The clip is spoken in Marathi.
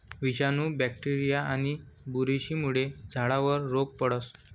विषाणू, बॅक्टेरीया आणि बुरशीमुळे झाडावर रोग पडस